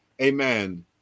Amen